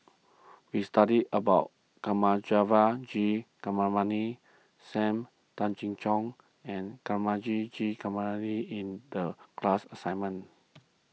we studied about Thamizhavel G Sam Tan Chin Siong and Thamizhavel G in the class assignment